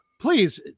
please